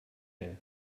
air